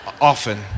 Often